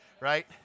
right